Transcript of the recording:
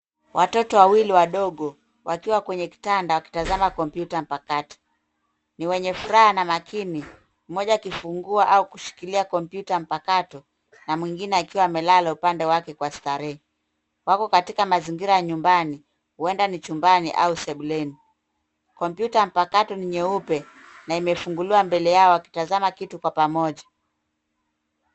Watoto wawili wadogo wakiwa kwenye kitanda wakitazama kompyuta mpakato. Ni wenye furaha na makini, mmoja akifungua au kushikilia kompyuta mpakato na mwengine akiwa amelala upande wake kwa starehe. Wako katika mazingira ya nyumbani, huenda ni chumbani au sebuleni. Kompyuta mpakato ni nyeupe na imefunguliwa mbele yao wakitazama kitu kwa pamoja.